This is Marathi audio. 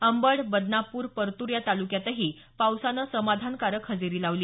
अंबड बदनापूर परतूर या तालुक्यातही पावसानं समाधानकारक हजेरी लावली